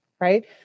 right